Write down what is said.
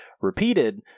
repeated